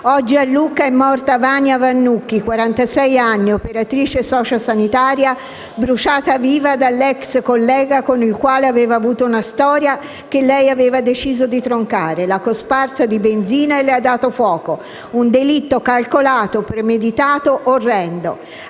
Oggi a Lucca è morta Vania Vannucchi, quarantasei anni, operatrice sociosanitaria, bruciata viva dall'*ex* collega con il quale aveva avuto una storia che lei aveva deciso di troncare. L'ha cosparsa di benzina e le ha dato fuoco. Si tratta di un delitto calcolato, premeditato e orrendo!